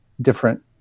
different